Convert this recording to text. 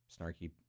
snarky